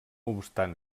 obstant